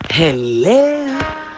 Hello